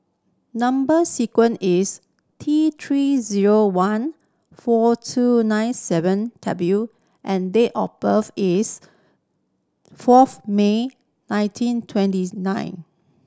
number sequence is T Three zero one four two nine seven W and date of birth is fourth May nineteen twenty nine